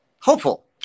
hopeful